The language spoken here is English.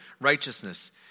righteousness